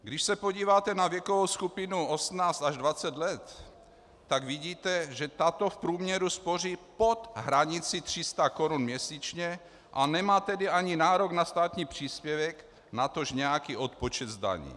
Když se podíváte na věkovou skupinu 18 až 20 let, tak vidíte, že tato v průměru spoří pod hranici 300 korun měsíčně, a nemá tedy nárok ani na státní příspěvek, natož nějaký odpočet z daní.